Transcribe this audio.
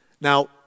Now